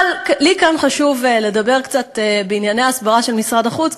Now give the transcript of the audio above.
אבל לי כן חשוב לדבר קצת בענייני הסברה של משרד החוץ,